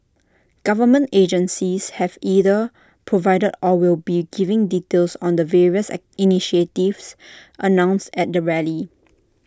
government agencies have either provided or will be giving details on the various at initiatives announced at the rally